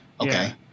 okay